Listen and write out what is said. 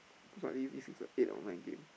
cause likely this is a eight or nine game